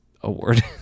award